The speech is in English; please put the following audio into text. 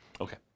Okay